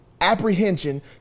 apprehension